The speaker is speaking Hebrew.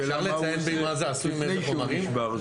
השאלה מה הוא עושה לפני שהוא נשבר.